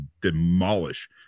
demolish